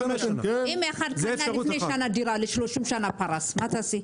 אם אחד קנה לפני שנה דירה ל-30 שנה פרס, מה תעשי?